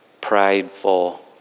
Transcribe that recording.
prideful